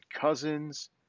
cousins